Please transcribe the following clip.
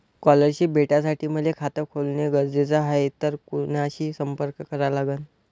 Scholarship भेटासाठी मले खात खोलने गरजेचे हाय तर कुणाशी संपर्क करा लागन?